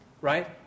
Right